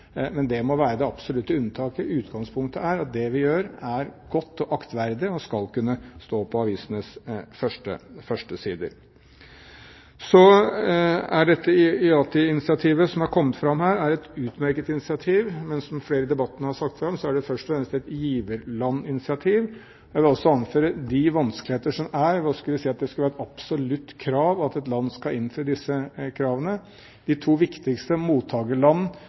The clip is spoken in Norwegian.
men det må være det absolutte unntaket. Utgangspunktet er at det vi gjør, er godt og aktverdig og skal kunne stå på avisenes førstesider. Dette IATI-initiativet som har kommet fram her, er et utmerket initiativ. Men som flere i debatten har sagt fra om, er det først og fremst et giverlandsinitiativ. Jeg vil også anføre de vanskeligheter som er ved å si at det skal være et absolutt krav at et land skal innføre disse kravene. De to viktigste mottakerland